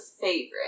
favorite